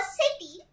city